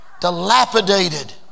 dilapidated